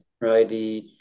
right